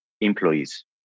employees